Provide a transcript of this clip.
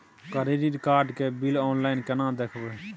Credit card के bill online केना देखबय?